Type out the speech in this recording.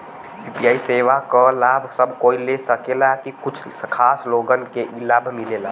UPI सेवा क लाभ सब कोई ले सकेला की कुछ खास लोगन के ई लाभ मिलेला?